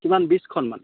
কিমান বিছখনমান